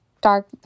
dark